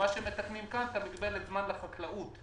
כאן מתקנים את מגבלת הזמן לחקלאות.